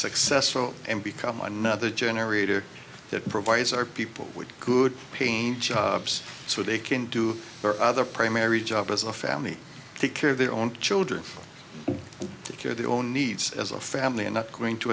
successful and become another generator that provides our people with good paint jobs so they can do their other primary job as a family take care of their own children to care their own needs as a family and not going to